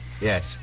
Yes